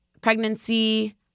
pregnancy